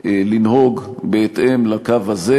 לנהוג בהתאם לקו הזה,